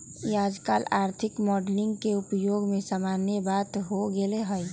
याजकाल आर्थिक मॉडलिंग के उपयोग सामान्य बात हो गेल हइ